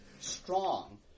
strong